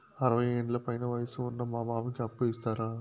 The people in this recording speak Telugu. అరవయ్యేండ్ల పైన వయసు ఉన్న మా మామకి అప్పు ఇస్తారా